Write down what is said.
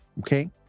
Okay